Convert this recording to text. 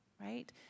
right